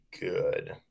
good